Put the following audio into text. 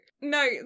no